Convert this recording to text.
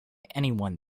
anyone